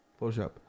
Photoshop